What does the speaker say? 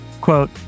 Quote